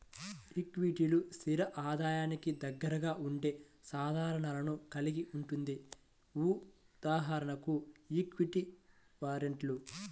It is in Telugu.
ఈక్విటీలు, స్థిర ఆదాయానికి దగ్గరగా ఉండే సాధనాలను కలిగి ఉంటుంది.ఉదాహరణకు ఈక్విటీ వారెంట్లు